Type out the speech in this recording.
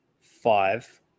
five